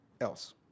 else